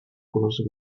colors